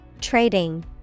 Trading